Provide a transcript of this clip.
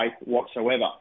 whatsoever